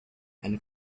and